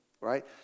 right